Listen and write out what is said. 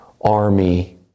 army